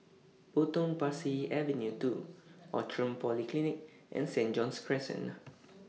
Potong Pasir Avenue two Outram Polyclinic and Saint John's Crescent